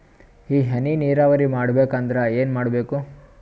ಈ ಹನಿ ನೀರಾವರಿ ಮಾಡಬೇಕು ಅಂದ್ರ ಏನ್ ಮಾಡಿರಬೇಕು?